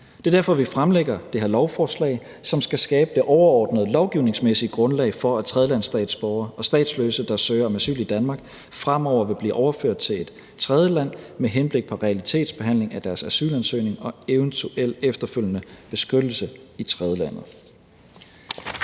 Det er derfor, vi fremlægger det her lovforslag, som skal skabe det overordnede lovgivningsmæssige grundlag for, at tredjelandsstatsborgere og statsløse, der søger om asyl i Danmark, fremover vil blive overført til et tredjeland med henblik på realitetsbehandling af deres asylansøgning og eventuel efterfølgende beskyttelse i tredjelandet.